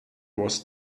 was